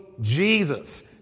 Jesus